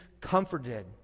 comforted